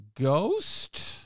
ghost